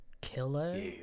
Killer